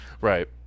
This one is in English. Right